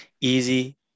easy